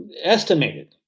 estimated